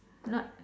not